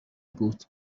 بود